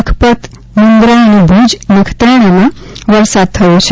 લખપત મુન્દ્રા અને ભૂજ નખત્રાણામાં વરસાદ થયો છે